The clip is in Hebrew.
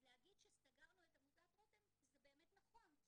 אז להגיד שסגרנו את עמותת 'רותם' זה באמת נכון,